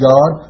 God